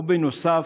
ובנוסף,